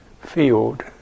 field